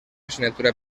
asignatura